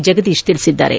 ಜಗದೀಶ್ ತಿಳಿಸಿದ್ದಾರೆ